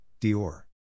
Dior